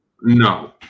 No